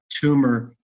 tumor